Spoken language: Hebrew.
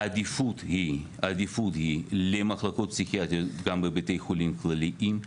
העדיפות היא למחלקות פסיכיאטריות גם בבתי חולים כלליים,